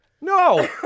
No